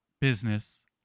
business